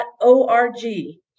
O-R-G